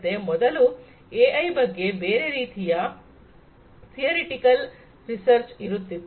ಮತ್ತೆ ಮೊದಲು ಎಐ ನ ಬಗ್ಗೆ ಬೇರೆ ರೀತಿಯ ಥಿಯರಿಟಿಕಲ್ ರಿಸರ್ಚ್ ಇರುತ್ತಿತ್ತು